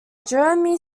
jeremy